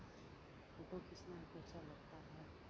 photo खींचना हमको अच्छा लगता है